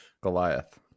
Goliath